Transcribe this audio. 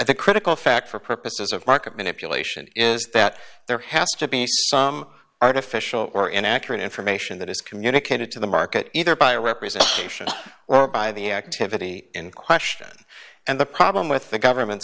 think critical fact for purposes of market manipulation is that there has to be some artificial or inaccurate information that is communicated to the market either by representation or by the activity in question and the problem with the government